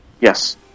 Yes